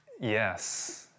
Yes